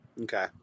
Okay